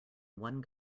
one